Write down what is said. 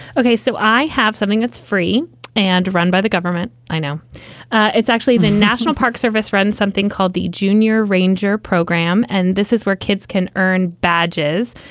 okay, so i have something that's free and run by the government. i know it's actually the national park service runs something called the junior ranger program. and this is where kids can earn badges.